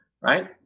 right